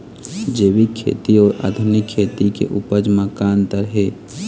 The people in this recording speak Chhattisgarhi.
जैविक खेती अउ आधुनिक खेती के उपज म का अंतर हे?